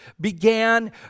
began